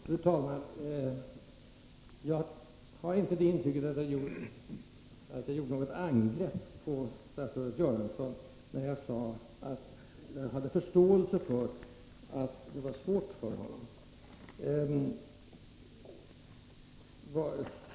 Fru talman! Jag har inte det intrycket att jag gjorde något angrepp på statsrådet Göransson när jag sade att jag hade förståelse för att det var svårt för honom.